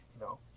No